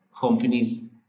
companies